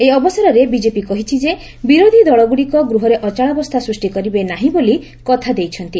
ଏହି ଅବସରରେ ବିଜେପି କହିଛି ଯେ ବିରୋଧିଦଳଗୁଡ଼ିକ ଗୃହରେ ଅଚଳାବସ୍ରା ସୃଷ୍ କରିବେ ନାହି ବୋଲି କଥା ଦେଇଛନ୍ତି